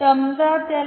समजा त्याला